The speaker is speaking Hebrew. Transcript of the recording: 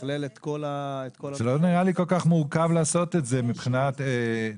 את כל --- זה לא נראה לי כל כך מורכב לעשות את זה מבחינה טכנית,